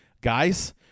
Guys